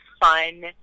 fun